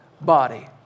body